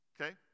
okay